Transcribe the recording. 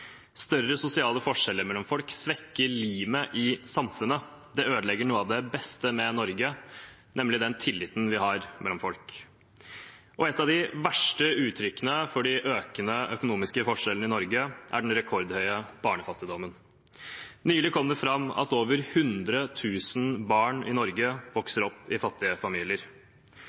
Større sosiale forskjeller mellom folk svekker limet i samfunnet, det ødelegger noe av det beste med Norge, nemlig den tilliten vi har mellom folk. Et av de verste uttrykkene for de økende økonomiske forskjellene i Norge er den rekordhøye barnefattigdommen. Nylig kom det fram at over 100 000 barn i Norge vokser opp i fattige familier